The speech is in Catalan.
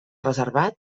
reservat